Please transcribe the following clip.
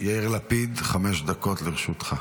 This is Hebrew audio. יאיר לפיד, חמש דקות לרשותך.